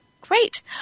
Great